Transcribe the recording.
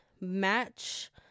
match